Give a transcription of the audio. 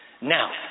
Now